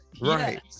right